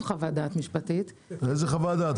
חוות דעת משפטית --- איזה חוות דעת,